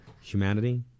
humanity